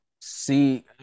See